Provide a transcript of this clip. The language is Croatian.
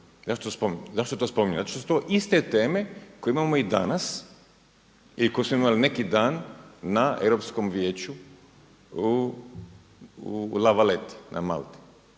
Zašto to spominjem? Zato što su to iste teme koje imamo i danas i koje smo imali neki dan na Europskom vijeću u La Valletti na Malti.